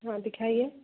हाँ दिखाइए